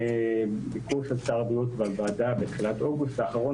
בביקור של שר הבריאות בוועדה בתחילת אוגוסט האחרון